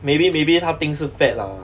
maybe maybe 他 think 是 fat lah